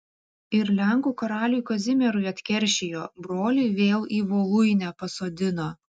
ir lenkų karaliui kazimierui atkeršijo brolį vėl į voluinę pasodino